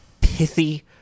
pithy